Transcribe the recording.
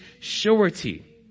surety